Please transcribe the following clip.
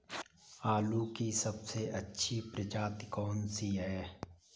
आलू की सबसे अच्छी प्रजाति कौन सी है?